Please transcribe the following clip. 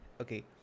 Okay